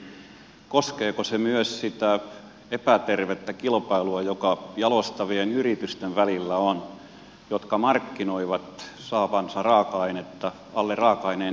kysyisin koskeeko se myös sitä epätervettä kilpailua joka jalostavien yritysten välillä on jotka markkinoivat saavansa raaka ainetta alle raaka aineen hinnan kaupalle